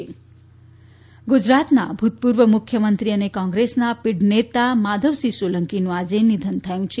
માધવસિંહ સોલંકી ગુજરાતના ભુતપુર્વ મુખ્યમંત્રી અને કોંગ્રેસના પીઢ નેતા માધવસિંહ સોલંકીનું આજે નિધન થયું છે